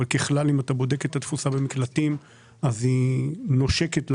ככלל אם אתה בודק את התפוסה במקלטים אז היא נושקת ל-100%,